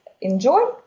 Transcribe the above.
enjoy